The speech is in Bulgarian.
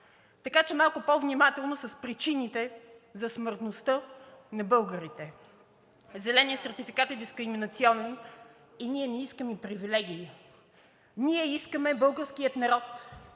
Така че малко по внимателно с причините за смъртността на българите. Зеленият сертификат е дискриминационен и ние не искаме привилегии. Искаме българският народ